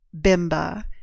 Bimba